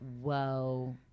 whoa